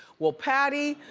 well, patty,